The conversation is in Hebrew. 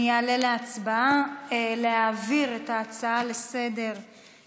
אני אעלה להצבעה להעביר את ההצעה לסדר-היום,